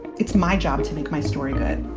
it's my job to make my story get